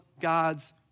God's